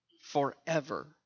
forever